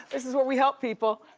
this is where we help people.